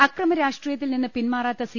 അക്രമ രാഷ്ട്രീയത്തിൽ നിന്ന് പിൻമാറാത്ത സി